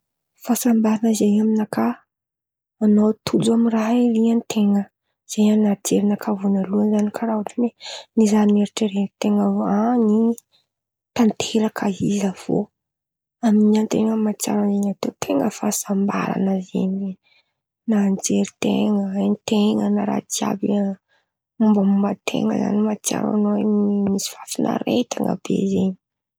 Fasahambaran̈a zen̈y amy nakà an̈ao tojo amy raha irian-ten̈a. Zay dônko e!